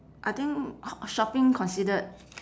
I think h~ shopping considered